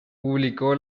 publicó